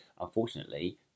unfortunately